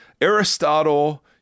Aristotle